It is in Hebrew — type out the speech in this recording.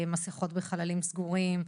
מסכות בחללים סגורים,